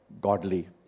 godly